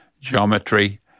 geometry